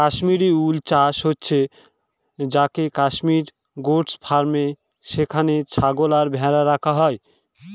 Kashmiri wool চাষ হয়ে থাকে কাশ্মির গোট ফার্মে যেখানে ছাগল আর ভেড়া রাখা হয়